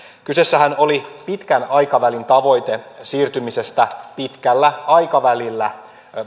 kyseessähän oli pitkän aikavälin tavoite siirtymisestä pitkällä aikavälillä